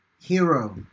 hero